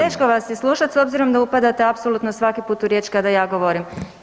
Teško vas je slušati s obzirom da upadate apsolutno svaki put u riječ kada ja govorim.